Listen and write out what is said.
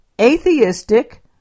atheistic